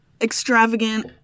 Extravagant